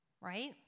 right